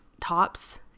tops